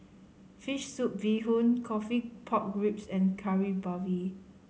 Fish Soup Bee Hoon Coffee Pork Ribs and Kari Babi